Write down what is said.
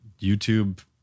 YouTube